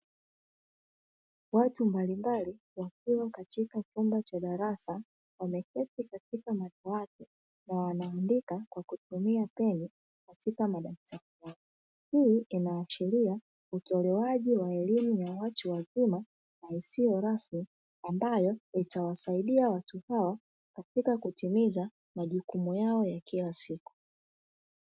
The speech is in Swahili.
Watu mbalimbali wakiwa katika chumba cha darasa wameketi katika madawati na wanaandika kwa kutumia peni katika madaftari yao. Hii inaashiria utolewaji wa elimu ya watu wazima na isiyo rasmi ambayo itawasaidia watu hao katika kutimiza majukumu yao ya kila siku.